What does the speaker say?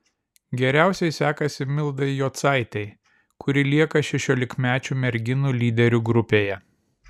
geriausiai sekasi mildai jocaitei kuri lieka šešiolikmečių merginų lyderių grupėje